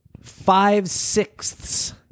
five-sixths